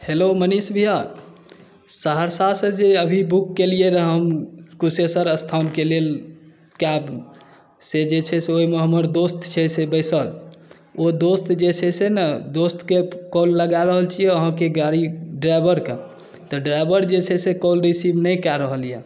hello Manish भैया सहरसासँ जे अभी बुक केलियै रहए हम कुशेश्वर स्थानके लेल कैब से जे छै ओहिमे हमर दोस्त छै से बैसल ओ दोस्त जे छै से ने दोस्तकेँ कॉल लगा रहल छियै अहाँके गाड़ी ड्राइवरकेँ तऽ ड्राइवर जे छै से कॉल रिसीव नहि कए रहल यए